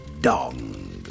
dong